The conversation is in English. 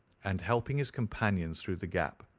and helping his companions through the gap,